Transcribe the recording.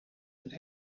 een